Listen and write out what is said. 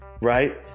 Right